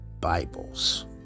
Bibles